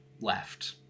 left